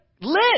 lit